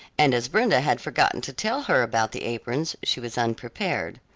and as brenda had forgotten to tell her about the aprons, she was unprepared.